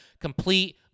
complete